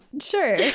sure